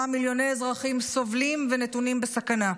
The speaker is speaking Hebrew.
מיליוני אזרחים סובלים ונתונים בסכנה.